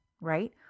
right